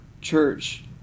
Church